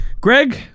Greg